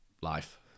life